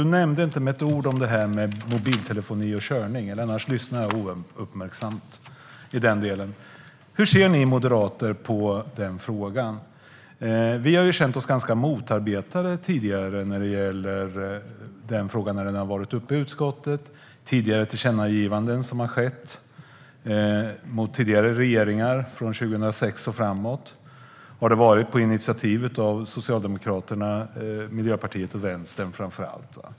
Jag lyssnade uppmärksamt, men du nämnde inte med ett enda ord detta med mobiltelefoni och bilkörning. Hur ser ni moderater på den frågan? Vi har tidigare känt oss ganska motarbetade när den frågan har varit uppe i utskottet. Det har gjorts tillkännagivanden till tidigare regeringar från 2006 och framåt, och det har varit på initiativ av framför allt Socialdemokraterna, Miljöpartiet och Vänstern.